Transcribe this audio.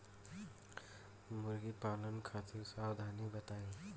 मुर्गी पालन खातिर सावधानी बताई?